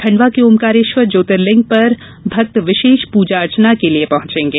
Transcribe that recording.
खंडवा के ओंकारेश्वर ज्योतिर्लिंग पर कल भक्त विशेष पूजा अर्चना के लिये पहुंचेंगे